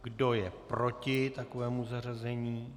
Kdo je proti takovému zařazení?